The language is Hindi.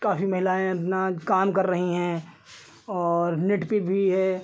काफ़ी महिलाएँ अपना काम कर रही हैं और नेट पर भी हैं